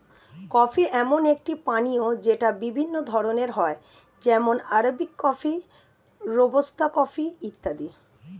coffee এমন একটি পানীয় যেটা বিভিন্ন ধরণের হয় যেমন আরবিক কফি, রোবাস্তা কফি ইত্যাদি